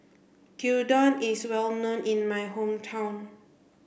Gyudon is well known in my hometown